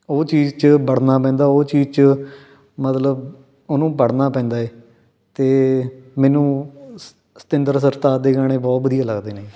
ਉਹ ਚੀਜ਼ 'ਚ ਵੜਨਾ ਪੈਂਦਾ ਉਹ ਚੀਜ਼ 'ਚ ਮਤਲਬ ਉਹਨੂੰ ਪੜ੍ਹਨਾ ਪੈਂਦਾ ਏ ਅਤੇ ਮੈਨੂੰ ਸ ਸਤਿੰਦਰ ਸਰਤਾਜ ਦੇ ਗਾਣੇ ਬਹੁਤ ਵਧੀਆ ਲੱਗਦੇ ਨੇ